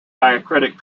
diacritic